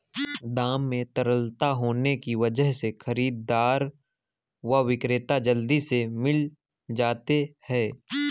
दाम में तरलता होने की वजह से खरीददार व विक्रेता जल्दी से मिल जाते है